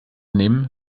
nehmen